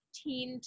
teen